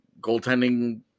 goaltending